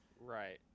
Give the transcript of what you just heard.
right